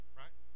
right